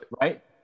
right